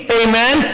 amen